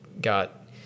got